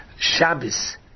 Shabbos